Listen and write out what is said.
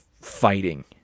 fighting